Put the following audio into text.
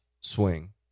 swing